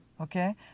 okay